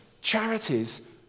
Charities